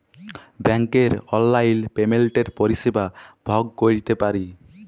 ব্যাংকের অললাইল পেমেল্টের পরিষেবা ভগ ক্যইরতে পারি